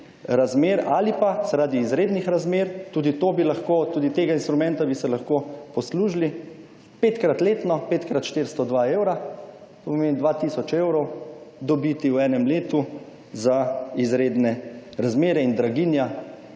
razmer ali pa zaradi izrednih razmer, tudi tega instrumenta bi se lahko poslužili, petkrat letno, pet krat 402 evra, to pomeni 2 tisoč evrov dobiti v enem letu za izredne razmere in draginja